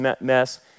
mess